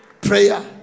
Prayer